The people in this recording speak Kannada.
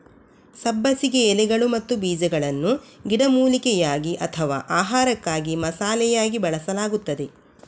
ಸಬ್ಬಸಿಗೆ ಎಲೆಗಳು ಮತ್ತು ಬೀಜಗಳನ್ನು ಗಿಡಮೂಲಿಕೆಯಾಗಿ ಅಥವಾ ಆಹಾರಕ್ಕಾಗಿ ಮಸಾಲೆಯಾಗಿ ಬಳಸಲಾಗುತ್ತದೆ